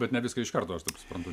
bet ne viską iš karto aš taip suprantu